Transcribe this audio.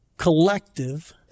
Collective